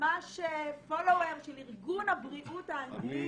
ממש עוקב של ארגון הבריאות האנגלי.